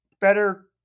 better